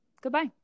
goodbye